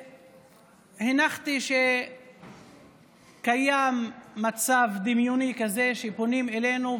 והנחתי שקיים מצב דמיוני כזה שפונים אלינו.